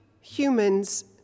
humans